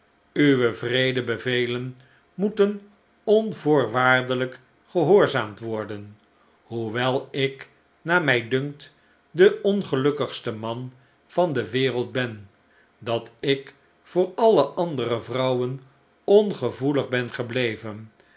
uwe wreede bevelen moeten onvoorwaardelijk gehoorzaamd worden hoewel ik naar mij dunkt de ongelukkigste man van de wereld ben dat ik voor alle andere vrouwen ongevoelig ben gebleven